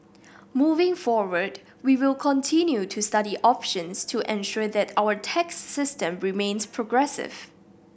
moving forward we will continue to study options to ensure that our tax system remains progressive